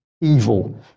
evil